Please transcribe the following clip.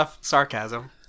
sarcasm